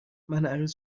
عروس